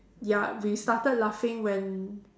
ya we started laughing when